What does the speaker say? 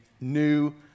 new